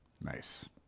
Nice